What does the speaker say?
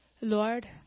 Lord